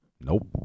Nope